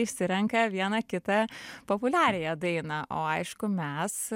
išsirenka vieną kitą populiariąją dainą o aišku mes